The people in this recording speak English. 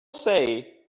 say